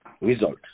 result